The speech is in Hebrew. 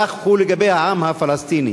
כך הוא לגבי העם הפלסטיני.